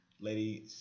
Lady